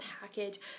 package